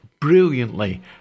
brilliantly